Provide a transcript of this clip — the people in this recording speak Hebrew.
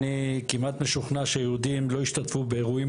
אני כמעט משוכנע שיהודים לא ישתתפו באירועים